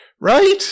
Right